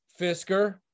Fisker